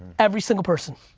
every single person